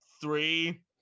three